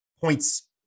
points